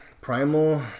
Primal